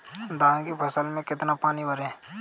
धान की फसल में कितना पानी भरें?